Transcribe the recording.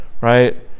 right